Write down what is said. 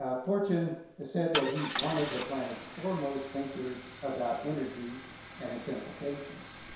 ah fortune has said that he's one of the planet's foremost thinkers about energy and its implications.